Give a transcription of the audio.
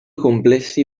complessi